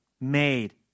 made